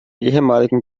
ehemaligen